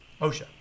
Osha